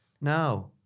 now